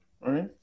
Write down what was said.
Right